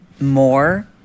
more